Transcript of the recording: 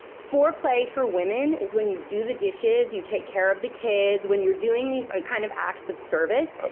foreplay for women, is when you go the dishes, you take care of the kids. when you're doing these kind of acts of service oh,